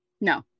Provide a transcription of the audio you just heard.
No